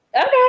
Okay